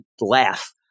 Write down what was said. laugh